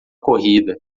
corrida